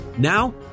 Now